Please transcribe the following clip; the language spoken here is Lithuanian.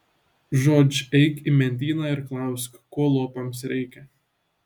žodž eik į mentyną ir klausk ko lopams reikia